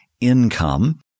income